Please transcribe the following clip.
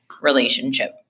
Relationship